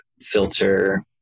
filter